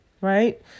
right